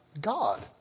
God